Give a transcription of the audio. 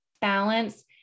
balance